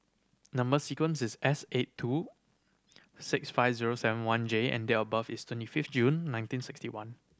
number sequence is S eight two six five zero seven one J and date of birth is twenty fifth June nineteen sixty one